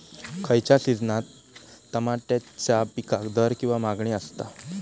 खयच्या सिजनात तमात्याच्या पीकाक दर किंवा मागणी आसता?